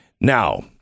Now